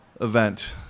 event